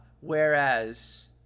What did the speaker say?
Whereas